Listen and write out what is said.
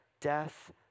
death